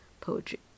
poetry